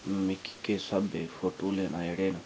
मिकी किस स्हाबै फोटू लैना जेह्ड़े न